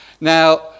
Now